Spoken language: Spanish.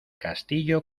castillo